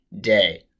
day